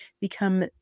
become